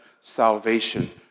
salvation